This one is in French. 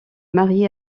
marié